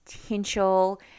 potential